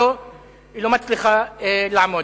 היא לא מצליחה לעמוד.